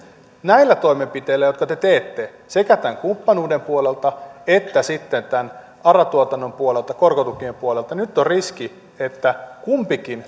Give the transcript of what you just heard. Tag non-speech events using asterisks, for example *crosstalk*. näillä toimenpiteillä jotka te teette sekä tämän kumppanuuden puolelta että sitten tämän ara tuotannon puolelta korkotukien puolelta on riski että kumpikin *unintelligible*